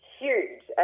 huge